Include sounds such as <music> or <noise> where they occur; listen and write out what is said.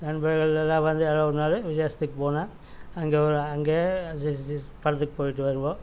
நண்பர்கள் எல்லாம் வந்து ஏதோ ஒரு நாளு விசேஷத்துக்கு போனால் அங்கே ஒரு அங்கே <unintelligible> படத்துக்கு போயிட்டு வருவோம்